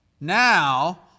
now